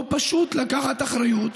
או פשוט לקחת אחריות,